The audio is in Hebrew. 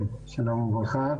שלום וברכה,